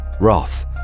wrath